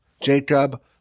Jacob